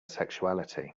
sexuality